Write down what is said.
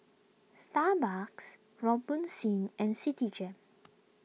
Starbucks Robitussin and Citigem